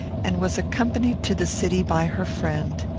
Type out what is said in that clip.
and was accompanied to the city by her friend.